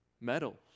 Medals